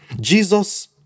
Jesus